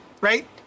Right